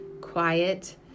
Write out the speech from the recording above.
quiet